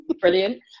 brilliant